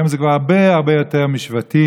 היום זה כבר הרבה הרבה יותר משבטים.